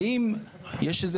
האם יש איזה